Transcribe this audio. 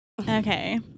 okay